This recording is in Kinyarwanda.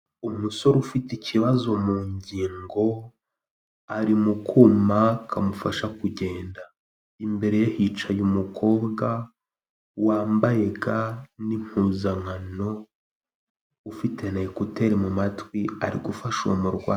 Umusore ufite ikibazo mu ngingo ari mu kuma kamufasha kugenda, imbere ye hicaye umukobwa wambaye ga n'impuzankano ufite na ekuteri mu matwi ari gufasha uwo murwayi.